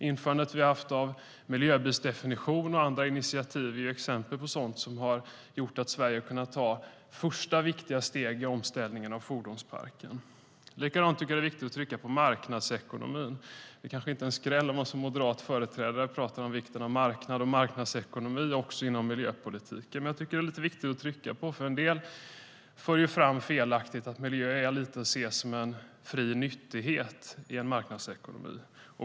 Införandet av miljöbilsdefinition och andra initiativ är exempel på sådant som har gjort att Sverige har kunnat ta de första viktiga stegen i omställningen av fordonsparken. Likadant tycker jag att det är viktigt att trycka på marknadsekonomin. Det kanske inte är en skräll om man som moderat företrädare talar om vikten av marknad och marknadsekonomi också inom miljöpolitiken. Men jag tycker att det är lite viktigt att trycka på, för en del för felaktigt fram att miljö är lite att se som en fri nyttighet i en marknadsekonomi.